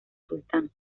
sultán